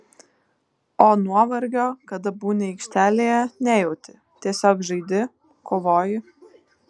o nuovargio kada būni aikštelėje nejauti tiesiog žaidi kovoji